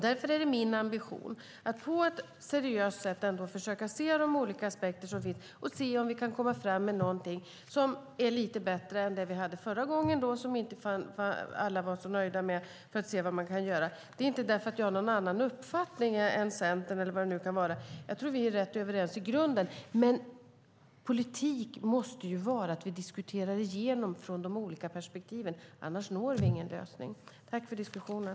Därför är det min ambition att på ett seriöst sätt försöka se de olika aspekter som finns och se om vi kan komma fram med någonting som är lite bättre än det vi hade förra gången och som inte alla var så nöjda med. Det har inte att göra med att jag skulle ha någon annan uppfattning än Centern eller vad det nu kan vara. Jag tror att vi är rätt överens i grunden. Men politik måste vara att vi diskuterar igenom saker ur olika perspektiv. Annars når vi ingen lösning. Tack för diskussionen!